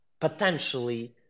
potentially